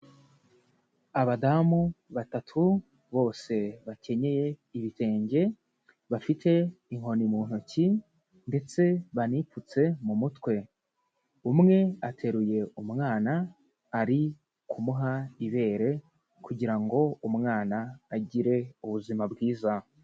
Abadamu batatu bose bakenyeye ibitenge, bafite inkoni mu ntoki ndetse banipfutse mu mutwe, umwe ateruye umwana ari kumuha ibere kugira ngo umwana agire ubuzima bwiza.